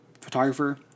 photographer